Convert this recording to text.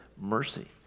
mercy